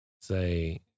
say